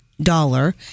dollar